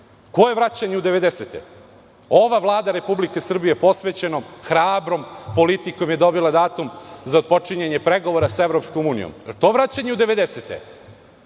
Koje vraćanje u 90-te. Ova Vlada Republike Srbije posvećenom hrabrom politikom je dobila datum za otpočinjanje pregovora sa EU. Jel to vraćanje u